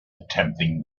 attempting